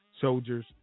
soldiers